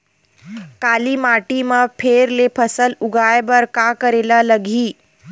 काली माटी म फेर ले फसल उगाए बर का करेला लगही?